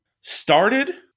started